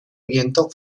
viento